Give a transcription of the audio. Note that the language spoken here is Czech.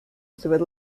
zvedl